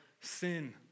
sin